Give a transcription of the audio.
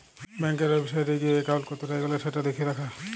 ব্যাংকের ওয়েবসাইটে গিএ একাউন্ট কতটা এগল্য সেটা দ্যাখা যায়